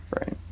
Right